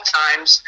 times